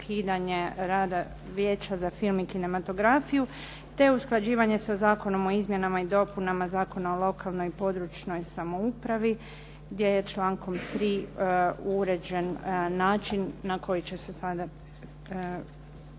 ukidanje rada Vijeća za film i kinematografiju te usklađivanje sa Zakonom o izmjenama i dopunama Zakona o lokalnoj i područnoj samoupravi, gdje je člankom 3. uređen način na koji će se sada